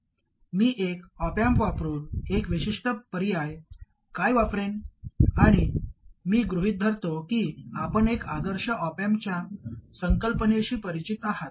मी एक op amp वापरुन एक विशिष्ट पर्याय काय वापरेन आणि मी गृहित धरतो की आपण एक आदर्श ऑप अँपच्या संकल्पनेशी परिचित आहात